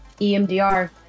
emdr